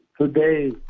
today